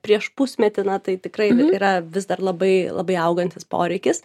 prieš pusmetį na tai tikrai yra vis dar labai labai augantis poreikis